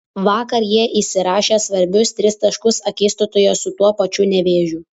vakar jie įsirašė svarbius tris taškus akistatoje su tuo pačiu nevėžiu